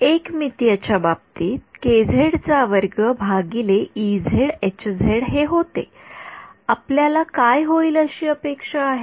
एक मितीय च्या बाबतीत हे होते आपल्याला काय होईल अशी अपेक्षा आहे